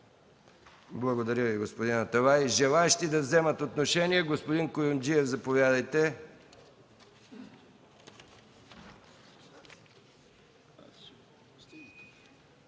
Благодаря Ви, господин Аталай. Желаещи да вземат отношение? Господин Куюмджиев, заповядайте.